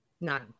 none